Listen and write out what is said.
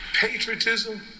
patriotism